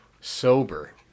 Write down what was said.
sober